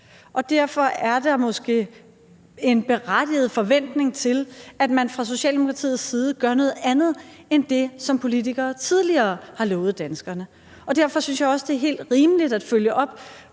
Og derfor er der måske en berettiget forventning til, at man fra Socialdemokratiets side gør noget andet end det, som politikere tidligere har lovet danskerne. Og derfor synes jeg også, det er helt rimeligt at følge op